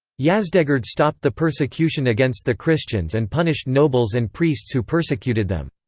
yazdegerd stopped the persecution against the christians and punished nobles and priests who persecuted them.